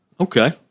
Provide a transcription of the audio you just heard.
Okay